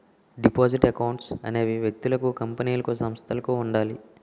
deposit accounts అనేవి వ్యక్తులకు కంపెనీలకు సంస్థలకు ఉండాలి